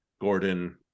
Gordon